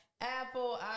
Apple